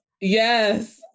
Yes